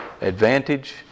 advantage